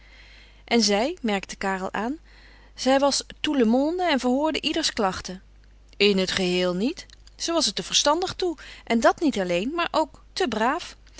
en zij merkte karel aan zij was à tout le monde en verhoorde ieders klachten in t geheel niet ze was er te verstandig toe en dat niet alleen maar ook te braaf